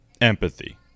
empathy